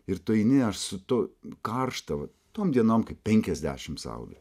ir tu eini aš su tuo karšta vat tom dienom kai penkiasdešimt saulė